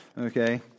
Okay